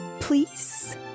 Please